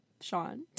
Sean